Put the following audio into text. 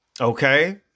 Okay